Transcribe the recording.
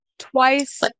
twice